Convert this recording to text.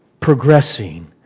Progressing